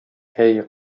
әйе